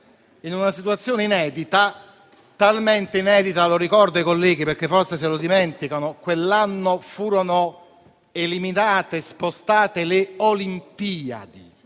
in una situazione inedita. Fu talmente inedita (lo ricordo ai colleghi, perché forse se lo dimenticano) che quell'anno furono spostate le Olimpiadi.